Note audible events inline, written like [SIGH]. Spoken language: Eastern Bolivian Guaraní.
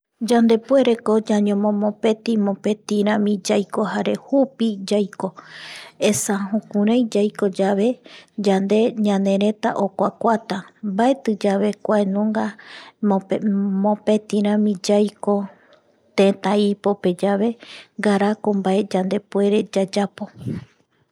Yandepuereko ñañomopeti mopetirami yaiko jare jupi yaiko [NOISE] esa jukurai yaiko yave yande ñanereta okuakuata mbaetiyave kua maenunga [HESITATION] mopeti rami yaiko teta ipopeyave ngaraako mbae yandepuere yayapo